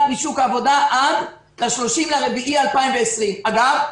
משוק העבודה עד ל-30 באפריל 2020. אגב,